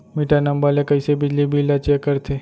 Metre number ले कइसे बिजली बिल ल चेक करथे?